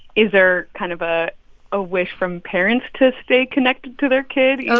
is there kind of a ah wish from parents to stay connected to their kid, you know